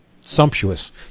sumptuous